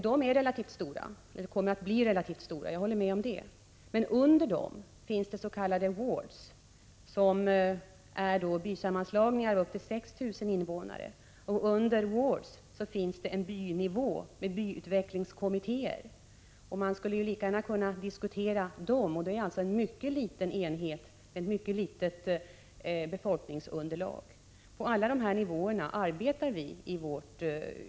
De kommer att bli relativt stora — det håller jag med om — men under dem finns s.k. wards, som är bysammanslagningar och som omfattar upp till 6 000 invånare. Under dessa wards finns sedan en bynivå med byutvecklingskommittéer. Man skulle lika gärna kunna diskutera dem. Här är det fråga om en mycket liten enhet med ett mycket litet befolknings underlag. Vi arbetar på alla dessa nivåer i vårt utvecklingssamarbete. Prot.